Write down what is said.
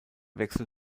wechsel